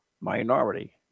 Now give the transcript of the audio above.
minority